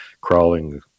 crawling